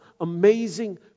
amazing